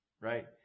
right